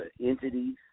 entities